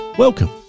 Welcome